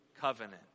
covenant